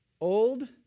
old